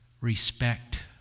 respect